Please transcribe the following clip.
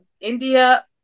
india